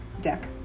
deck